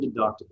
deductible